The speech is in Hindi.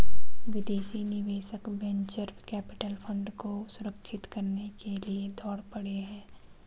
विदेशी निवेशक वेंचर कैपिटल फंड को सुरक्षित करने के लिए दौड़ पड़े हैं